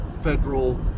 federal